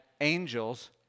angels